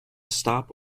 stop